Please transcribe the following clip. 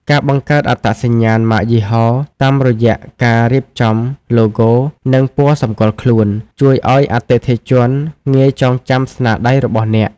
ការបង្កើតអត្តសញ្ញាណម៉ាកយីហោ តាមរយៈការរៀបចំឡូហ្គោ និងពណ៌សម្គាល់ខ្លួន ជួយឱ្យអតិថិជនងាយចងចាំស្នាដៃរបស់អ្នក។